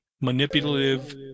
manipulative